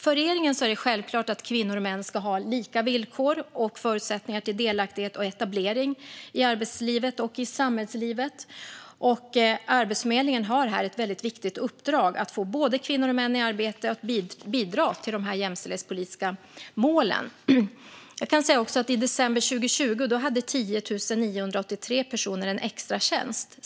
För regeringen är det självklart att kvinnor och män ska ha lika villkor och förutsättningar för delaktighet och etablering i arbetslivet och i samhällslivet. Arbetsförmedlingen har ett viktigt uppdrag här att få både kvinnor och män i arbete och att bidra till de jämställdhetspolitiska målen. I december 2020 hade 10 983 personer en extratjänst.